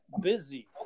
busy